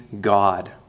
God